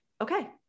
Okay